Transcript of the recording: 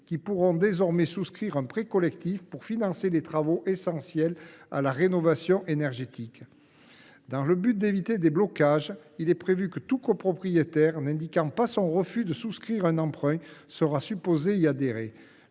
qui pourront désormais souscrire un tel prêt pour financer les travaux essentiels à la rénovation énergétique. Afin d’éviter les blocages, il est prévu que tout copropriétaire n’indiquant pas son refus de souscrire un emprunt sera supposé y adhérer.